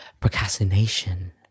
procrastination